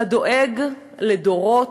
הדואג לדורות,